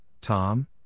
Tom